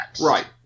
Right